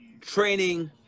training